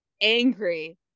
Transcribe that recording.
angry